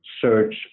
search